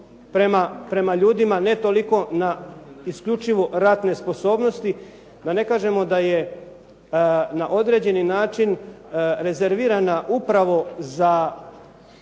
prema ljudima, ne toliko na isljučivo ratne sposobnosti, da ne kažemo da je na određeni način rezervirana upravo za